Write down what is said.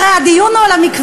הרי הדיון הוא על המקוואות?